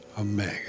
Omega